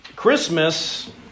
Christmas